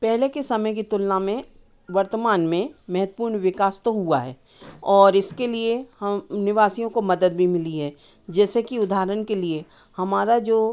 पहले के समय की तुलना में वर्तमान में महतपूर्ण विकास तो हुआ है और इसके लिए निवासियों को मदद भी मिली है जैसे कि उदाहरण के लिए हमारा जो